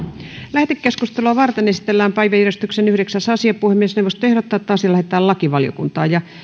lähetekeskustelua varten esitellään päiväjärjestyksen yhdeksäs asia puhemiesneuvosto ehdottaa että asia lähetetään lakivaliokuntaan